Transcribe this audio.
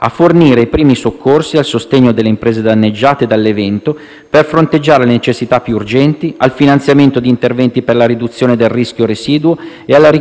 per fronteggiare le necessità più urgenti, al finanziamento di interventi per la riduzione del rischio residuo e alla ricognizione dei fabbisogni per il ripristino delle strutture produttive danneggiate.